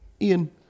Ian